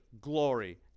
glory